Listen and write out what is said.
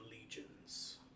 legions